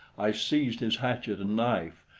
i seized his hatchet and knife,